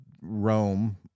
Rome